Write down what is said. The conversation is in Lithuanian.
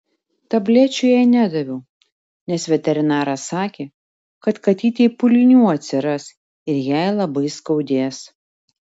tablečių jai nedaviau nes veterinaras sakė kad katytei pūlinių atsiras ir jai labai skaudės